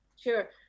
sure